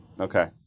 Okay